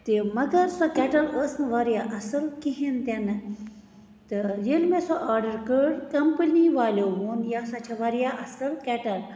تِم تہٕ مگر سۄ کیٚٹَل ٲسۍ نہٕ واریاہ اصٕل کِہیٖنٛۍ تہِ نہٕ تہٕ ییٚلہِ مےٚ سۄ آرڈَر کٔر کمپٔنی والیٚو ووٚن یہِ ہَسا چھِ واریاہ اصٕل کیٚٹَل